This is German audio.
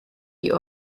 die